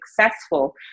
successful